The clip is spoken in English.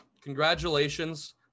Congratulations